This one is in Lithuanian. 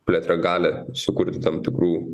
plėtra gali sukurti tam tikrų